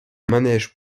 manège